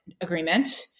agreement